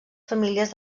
famílies